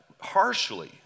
harshly